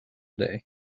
day